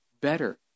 better